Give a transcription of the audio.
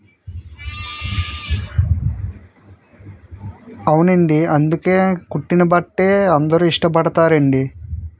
అవునండి అందుకే కుట్టిన బట్టే అందరూ ఇష్టపడుతారు అండి